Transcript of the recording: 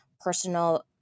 personal